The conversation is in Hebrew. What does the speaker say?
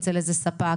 אצל איזה ספק?